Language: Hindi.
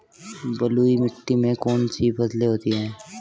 बलुई मिट्टी में कौन कौन सी फसलें होती हैं?